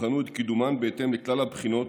יבחנו את קידומן בהתאם לכלל הבחינות